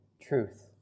truth